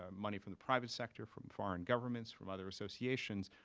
um money from the private sector, from foreign governments, from other associations,